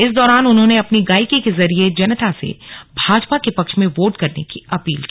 इस दौरान उन्होंने अपनी गायकी के जरिए जनता से भाजपा के पक्ष में वोट करने की अपील की